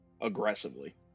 Aggressively